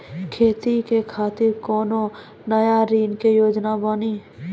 खेती के खातिर कोनो नया ऋण के योजना बानी?